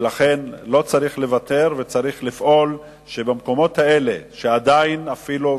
ולכן לא צריך לוותר וצריך לפעול שבמקומות האלה שעדיין אפילו,